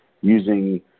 using